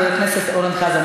חבר הכנסת אורן חזן,